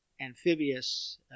amphibious